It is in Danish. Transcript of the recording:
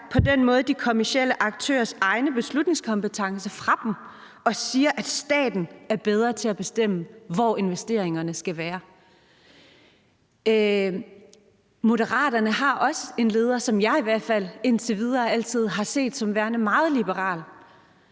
på den måde de kommercielle aktørers egen beslutningskompetence fra dem og siger, at staten er bedre til at bestemme, hvor investeringerne skal være. Moderaterne har også en leder, som jeg i hvert fald indtil videre altid har set som værende meget liberal.